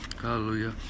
Hallelujah